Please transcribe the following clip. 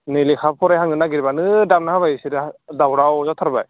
नै लेखा फरायहांनो नागिरब्लानो दामना होबाय इसोरो दावराव जाथारबाय